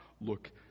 look